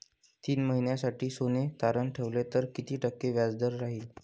तीन महिन्यासाठी सोने तारण ठेवले तर किती टक्के व्याजदर राहिल?